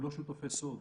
הם לא שותפי סוד.